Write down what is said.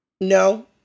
No